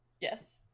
Yes